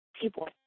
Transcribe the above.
People